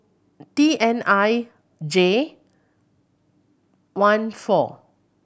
T N I J one four